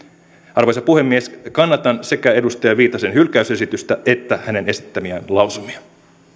arvoisa puhemies kannatan sekä edustaja viitasen hylkäysesitystä että hänen esittämiään lausumia